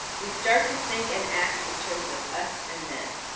we start to think and act in terms of us and them.